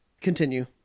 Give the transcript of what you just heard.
continue